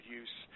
use